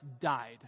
died